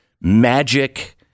magic